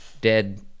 dead